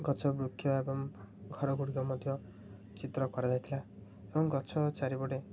ଗଛ ବୃକ୍ଷ ଏବଂ ଘରଗୁଡ଼ିକ ମଧ୍ୟ ଚିତ୍ର କରା ଯାଇଥିଲା ଏବଂ ଗଛ ଚାରିପଟେ